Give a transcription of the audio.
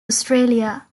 australia